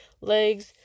legs